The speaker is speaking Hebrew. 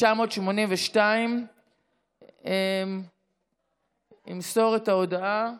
התשמ"ב 1982. ימסור את ההודעה